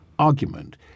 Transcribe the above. argument